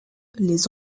les